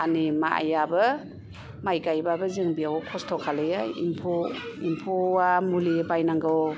आर नै माइआबो माइ गायबाबो जों बेयाव खस्थ' खालायो एम्फौ एम्फौआ मुलि बायनांगौ